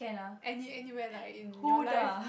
any any where lah in your life